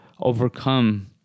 overcome